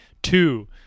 Two